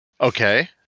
okay